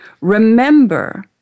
remember